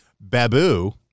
Babu